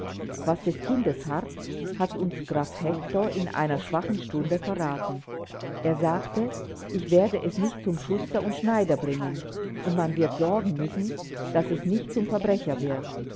was des kindes harrt hat uns graf hektor in einer schwachen stunde verraten er sagte ich werde es nicht zum schuster und schneider bringen und man wird sorgen müssen daß es nicht zum verbrecher wird